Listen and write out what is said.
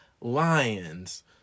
lions